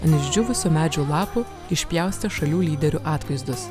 nudžiūvusių medžių lapų išpjaustė šalių lyderių atvaizdus